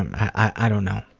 and i don't know.